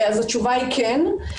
התשובה היא כן.